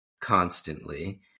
constantly